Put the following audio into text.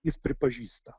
jis pripažįsta